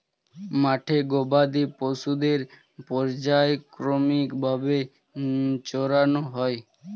মাঠে গবাদি পশুদের পর্যায়ক্রমিক ভাবে চরানো হয়